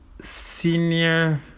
senior